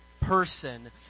person